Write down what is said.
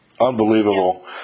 Unbelievable